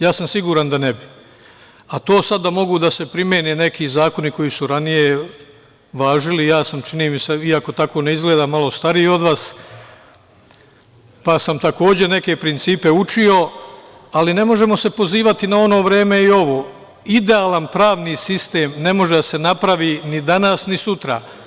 Ja sam siguran da ne bi, a to sad da mogu da se primene neki zakoni koji su ranije važili, ja sam, čini mi se, iako tako ne izgleda malo stariji od vas, pa sam takođe neke principe učio, ali ne možemo se pozivati na ono vreme i ovo, idealan pravni sistem ne može da se napravi ni danas ni sutra.